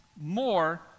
more